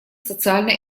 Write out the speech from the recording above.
социально